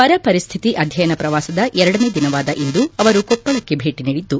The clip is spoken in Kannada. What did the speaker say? ಬರಪರಿಸ್ಥಿತಿ ಅಧ್ಯಯನ ಪ್ರವಾಸದ ಎರಡನೇ ದಿನವಾದ ಇಂದು ಅವರು ಕೊಪ್ಪಳಕ್ಕೆ ಭೇಟ ನೀಡಿದ್ದು